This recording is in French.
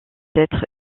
être